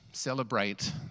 celebrate